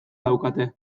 daukate